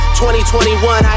2021